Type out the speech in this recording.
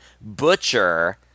butcher